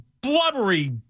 blubbery